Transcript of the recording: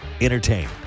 Entertain